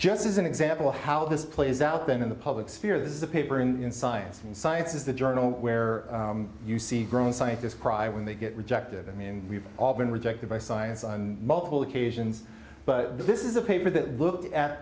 just as an example of how this plays out then in the public sphere this is a paper in science and science is the journal where you see grown scientists cry when they get rejected i mean we've all been rejected by science on multiple occasions but this is a paper that looked at